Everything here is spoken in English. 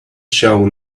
show